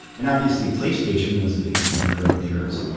and obviously play station was a big competitor of theirs,